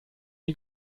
die